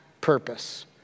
purpose